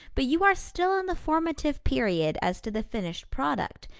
but you are still in the formative period as to the finished product,